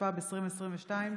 התשפ"ב 2022,